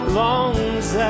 longs